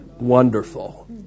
Wonderful